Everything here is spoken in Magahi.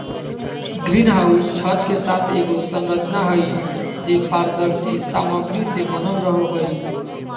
ग्रीन हाउस छत के साथ एगो संरचना हइ, जे पारदर्शी सामग्री से बनल रहो हइ